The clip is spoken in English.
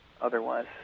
otherwise